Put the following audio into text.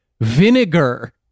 vinegar